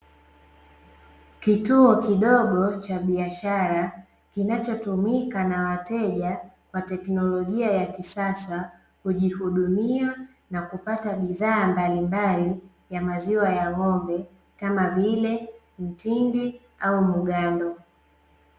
Kituo kidogo cha biashara kinachotumika na wateja kwa teknolojia ya kisasa kujihudumia na kupata bidhaa mbalimbali ya maziwa ya ng'ombe, kama vile; mtindi au mgando.